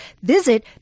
Visit